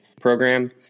program